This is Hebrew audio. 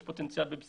יש פוטנציאל בצה"ל,